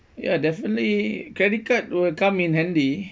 ya definitely credit card will come in handy